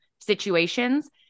situations